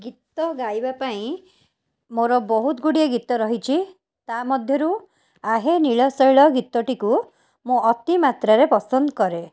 ଗୀତ ଗାଇବା ପାଇଁ ମୋର ବହୁତ ଗୁଡ଼ିଏ ଗୀତ ରହିଛି ତା'ମଧ୍ୟରୁ ଆହେ ନୀଳ ଶୈଳ ଗୀତଟିକୁ ମୁଁ ଅତିମାତ୍ରାରେ ପସନ୍ଦ କରେ